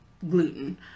gluten